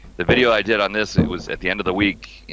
the video i did on this, it was at the end of the week, you